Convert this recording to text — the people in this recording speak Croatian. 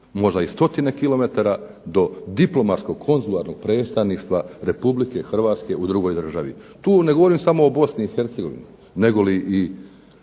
možda i stotine kilometara do diplomatskog konzularnog predstavništva Republike Hrvatske u drugoj državi. Tu ne govorim samo o Bosni i Hercegovini, nego i